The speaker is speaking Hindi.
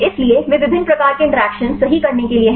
इसलिए वे विभिन्न प्रकार के इंटरैक्शन सही करने के लिए हैं